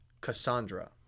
Cassandra